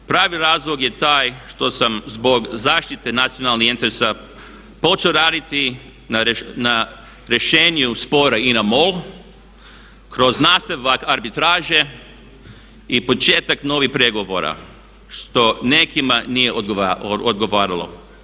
Pravi razlog je taj što sam zbog zaštite nacionalnih interesa počeo raditi na rješenju spora INA-MOL kroz nastavak arbitraže i početak novih pregovora što nekima nije odgovaralo.